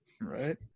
right